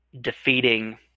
defeating